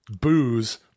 booze